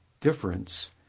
difference